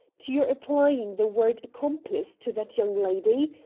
to your applying the word accomplice to that young lady.